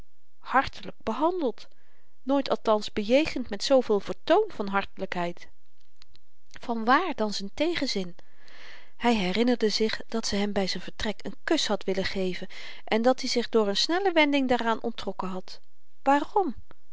hartelyk behandeld nooit althans bejegend met zooveel vertoon van hartelykheid vanwaar dan z'n tegenzin hy herinnerde zich dat ze hem by z'n vertrek n kus had willen geven en dat-i zich door n snelle wending daaraan onttrokken had waarom